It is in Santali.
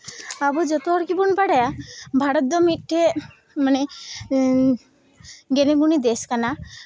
ᱟᱵᱚ ᱡᱚᱛᱚ ᱦᱚᱲ ᱜᱮᱵᱚᱱ ᱵᱟᱲᱟᱭᱟ ᱵᱷᱟᱨᱚᱛ ᱫᱚ ᱢᱤᱫᱴᱮᱡ ᱢᱟᱱᱮ ᱜᱮᱱᱤᱜᱩᱱᱤ ᱫᱳᱥ ᱠᱟᱱᱟ